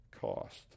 cost